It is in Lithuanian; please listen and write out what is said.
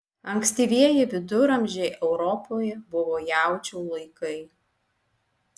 ankstyvieji viduramžiai europoje buvo jaučių laikai